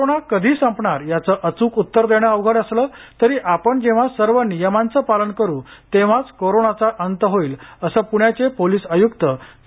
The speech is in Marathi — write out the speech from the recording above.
कोरोना कधी संपणार याचं अच्क उत्तर देणं अवघड असलं तरी आपण जेव्हा सर्व नियमांचं पालन करू तेव्हाच कोरोनाचा अंत होईल असं पुण्याचे पोलीस आय्क्त के